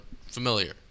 familiar